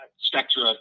Spectra